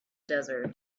desert